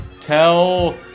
Tell